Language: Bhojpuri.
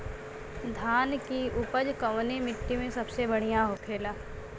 धान की उपज कवने मिट्टी में सबसे बढ़ियां होखेला?